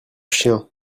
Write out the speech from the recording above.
chien